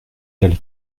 telle